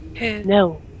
No